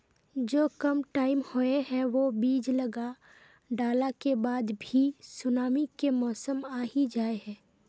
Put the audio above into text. जो कम टाइम होये है वो बीज लगा डाला के बाद भी सुनामी के मौसम आ ही जाय है?